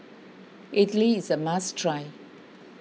Idly is a must try